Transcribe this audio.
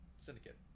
Syndicate